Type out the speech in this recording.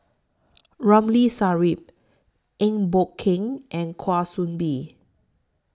Ramli Sarip Eng Boh Kee and Kwa Soon Bee